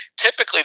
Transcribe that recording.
typically